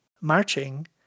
marching